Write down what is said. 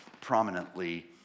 prominently